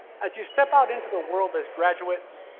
as you step out into the world as graduates,